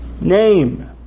name